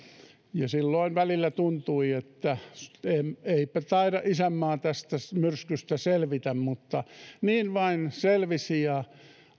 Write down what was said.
silloin välillä tuntui että eipä taida isänmaa tästä myrskystä selvitä mutta niin vain selvisi ja